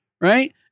Right